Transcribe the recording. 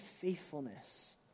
faithfulness